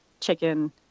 chicken